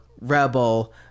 rebel